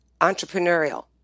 entrepreneurial